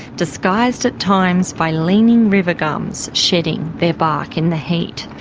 disguised at times by leaning river gums shedding their bark in the heat.